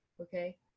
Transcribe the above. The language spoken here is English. okay